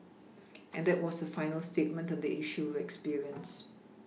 and that was their final statement on the issue of experience